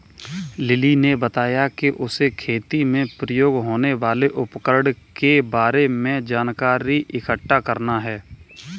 lily ने बताया कि उसे खेती में प्रयोग होने वाले उपकरण के बारे में जानकारी इकट्ठा करना है